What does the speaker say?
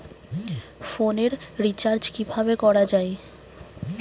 ফোনের রিচার্জ কিভাবে করা যায়?